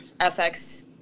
FX